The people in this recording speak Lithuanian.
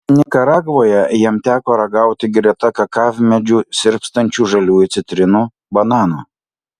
nikaragvoje jam teko ragauti greta kakavmedžių sirpstančių žaliųjų citrinų bananų